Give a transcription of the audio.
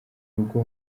rugo